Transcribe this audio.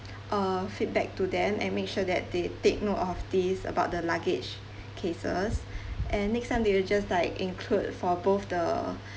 uh feedback to them and make sure that they take note of this about the luggage cases and next time they'll just like include for both the